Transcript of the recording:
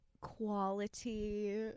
quality